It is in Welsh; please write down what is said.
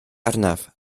arnaf